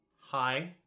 Hi